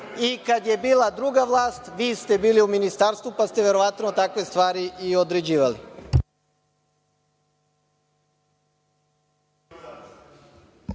i kad je bila druga vlast, vi ste bili u ministarstvu pa ste takve stvari i određivali.